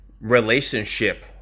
relationship